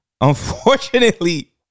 Unfortunately